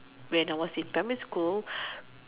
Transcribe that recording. when I was in primary school